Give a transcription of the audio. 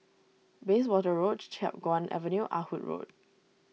Bayswater Road Chiap Guan Avenue Ah Hood Road